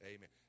Amen